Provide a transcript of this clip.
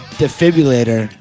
defibrillator